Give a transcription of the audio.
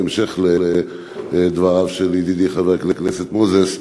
בהמשך לדבריו של ידידי חבר הכנסת מוזס,